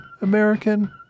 American